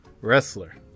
wrestler